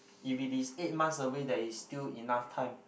if it is eight months away there is still enough time